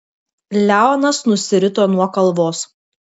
leonas nusirito nuo kalvos